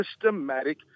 systematic